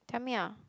tell me ah